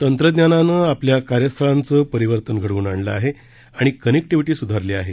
तंत्रज्ञानाने आपल्या कार्यस्थळांचे परिवर्तन घडवून आणले आहे आणि कनेक्टीव्हीटी सुधारली आहे